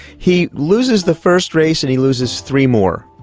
he loses the first race and he loses three more,